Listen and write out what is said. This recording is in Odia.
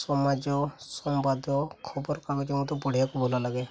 ସମାଜ ସମ୍ବାଦ ଖବରକାଗଜ ମଧ୍ୟ ପଢ଼ିବାକୁ ଭଲ ଲାଗେ